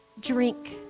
drink